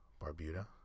Barbuda